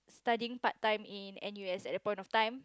studying part time in N_U_S at that point of time